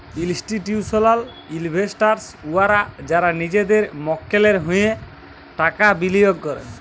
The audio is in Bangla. ইল্স্টিটিউসলাল ইলভেস্টার্স উয়ারা যারা লিজেদের মক্কেলের হঁয়ে টাকা বিলিয়গ ক্যরে